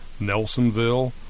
Nelsonville